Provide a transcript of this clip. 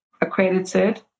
accredited